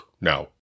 now